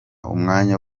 umwanya